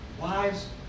wives